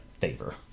favor